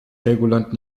helgoland